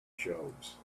shelves